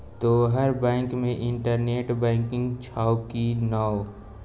तोहर बैंक मे internet banking छौ कि नै